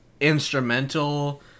instrumental